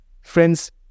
Friends